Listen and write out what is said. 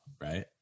right